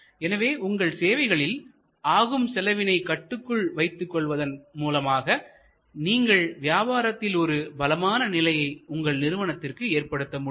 எனவே உங்கள் சேவைகளில் ஆகும் செலவினை கட்டுக்குள் வைத்துக் கொள்வதன் மூலமாக நீங்கள் வியாபாரத்தில் ஒரு பலமான நிலையை உங்கள் நிறுவனத்திற்கு ஏற்படுத்த முடியும்